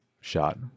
shot